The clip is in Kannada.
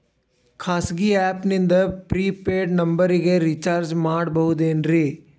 ಖಾಸಗಿ ಆ್ಯಪ್ ನಿಂದ ಫ್ರೇ ಪೇಯ್ಡ್ ನಂಬರಿಗ ರೇಚಾರ್ಜ್ ಮಾಡಬಹುದೇನ್ರಿ?